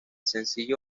sencillo